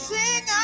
Sing